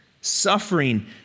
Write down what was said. suffering